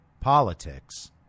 politics